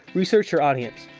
research your audience.